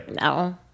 no